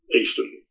Eastern